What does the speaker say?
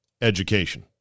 education